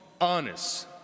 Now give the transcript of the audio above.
honest